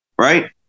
Right